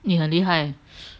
你很厉害